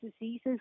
diseases